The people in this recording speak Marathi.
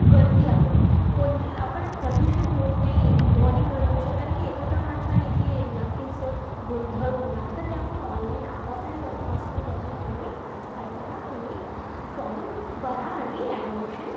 गर्दी आपण पोल्यू आपण प्रदूषण होत नाही ध्वनी प्रदूषण कारण की एकत्र माणसं आले की नक्कीच गोंधळ उडणार तर त्यामुळे ऑनलाईन आपापल्या घरी मस्त बसून तुम्ही काय करा तुम्ही फॉर्म भरा आणि ॲडमिशन